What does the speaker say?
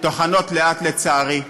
טוחנות לאט, לצערי,